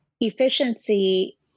efficiency